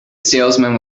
salesman